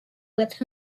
with